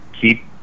keep